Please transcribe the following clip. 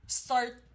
start